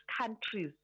countries